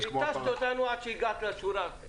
התשת אותנו עד שהגעת לשורה.